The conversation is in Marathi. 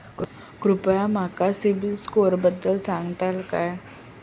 कृपया माका सिबिल स्कोअरबद्दल सांगताल का?